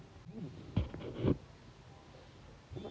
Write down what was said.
ಕೃಷಿ ಸಂಬಂದಿಸಿದ ವಿವಿಧ ಯಂತ್ರಗಳ ಬಗ್ಗೆ ಮಾಹಿತಿಯನ್ನು ಎಲ್ಲಿ ಪಡೆಯಬೇಕು?